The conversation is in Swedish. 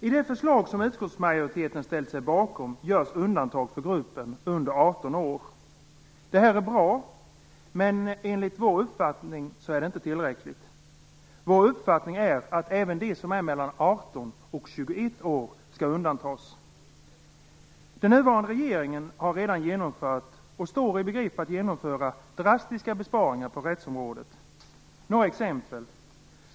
I det förslag som utskottsmajoriteten har ställt sig bakom görs undantag för gruppen under 18 år. Detta är bra, men enligt vår uppfattning är det inte tillräckligt. Vår uppfattning är att även de som är mellan 18 Den nuvarande regeringen har redan genomfört, och står i begrepp att genomföra, drastiska besparingar på rättsområdet. Jag skall ge några exempel.